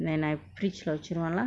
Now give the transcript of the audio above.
then Iawhile lah